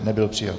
Nebyl přijat.